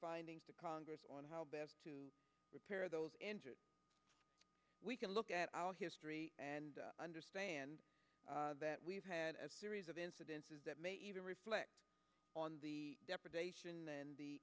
findings to congress on how best to prepare those we can look at our history and understand that we've had a series of incidences that may either reflect on the deprivation then the